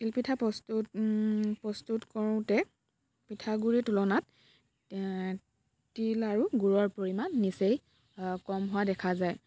তিলপিঠা প্ৰস্তুত প্ৰস্তুত কৰোঁতে পিঠাগুড়িৰ তুলনাত তিল আৰু গুড়ৰ পৰিমাণ নিচেই কম হোৱা দেখা যায়